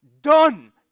done